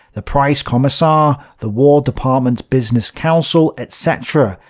the price commissar, the war department business council, etc,